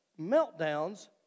meltdowns